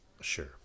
Sure